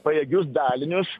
pajėgius dalinius